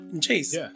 chase